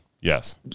Yes